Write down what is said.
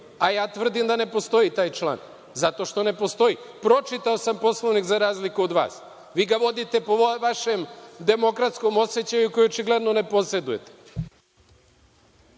a ja tvrdim da ne postoji taj član zato što ne postoji. Pročitao sam Poslovnik za razliku od vas. Vi ga vodite po vašem demokratskom osećaju koje očigledno ne posedujete.